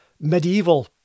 medieval